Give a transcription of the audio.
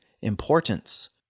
importance